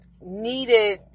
needed